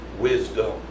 wisdom